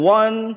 one